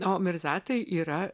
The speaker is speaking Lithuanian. o mirzatai yra